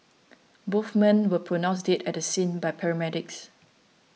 both men were pronounced dead at the scene by paramedics